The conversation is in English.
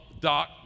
Doc